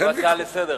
אמרת הצעה לסדר-היום,